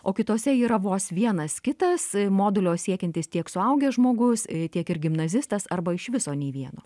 o kitose yra vos vienas kitas modulio siekiantis tiek suaugęs žmogus tiek ir gimnazistas arba iš viso nei vieno